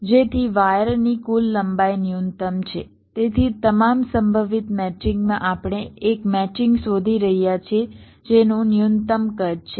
જેથી વાયરની કુલ લંબાઈ ન્યૂનતમ છે તેથી તમામ સંભવિત મેચિંગમાં આપણે એક મેચિંગ શોધી રહ્યા છીએ જેનું ન્યૂનતમ કદ છે